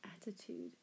attitude